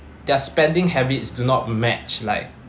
their spending habits do not match like